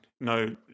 no